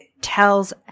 tells